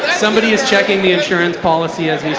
somebody is checking the insurance policy as